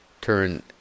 turn